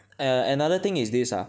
and another thing is this ah